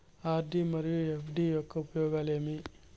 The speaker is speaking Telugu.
ఆర్.డి మరియు ఎఫ్.డి యొక్క ఉపయోగాలు ఏమి?